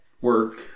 work